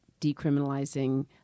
decriminalizing